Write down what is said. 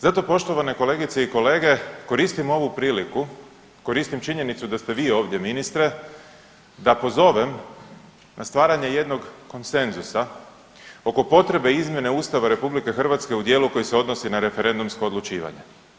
Zato poštovane kolegice i kolege koristim ovu priliku, koristim činjenicu da ste vi ovdje ministre da pozovem na stvaranje jednog konsenzusa oko potrebe izmjene Ustava RH u dijelu koji se odnosi na referendumsko odlučivanje.